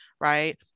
right